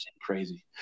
crazy